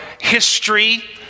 history